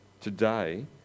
Today